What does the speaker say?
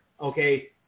Okay